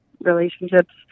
relationships